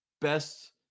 Best